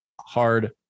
hard